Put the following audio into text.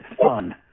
fun